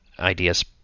ideas